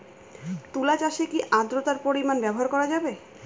তুলা চাষে কি আদ্রর্তার পরিমাণ ব্যবহার করা যাবে?